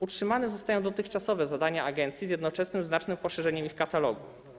Utrzymane zostaną dotychczasowe zadania agencji z jednoczesnym znacznym poszerzeniem ich katalogu.